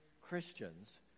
Christians